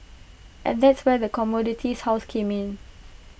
and that's where the commodities houses came in